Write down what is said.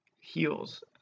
heels